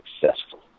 successful